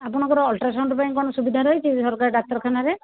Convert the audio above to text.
ଆପଣଙ୍କର ଅଲ୍ଟ୍ରାସାଉଣ୍ଡ ପାଇଁ କ'ଣ ସୁବିଧା ରହିଛି ସରକାର ଡାକ୍ତରଖାନାରେ